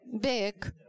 big